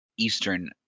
Eastern